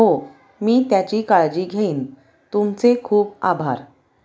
हो मी त्याची काळजी घेईन तुमचे खूप आभार